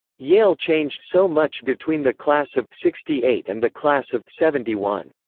yale changed so much between the class of sixty eight and the class of seventy one.